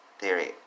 theory